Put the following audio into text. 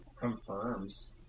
confirms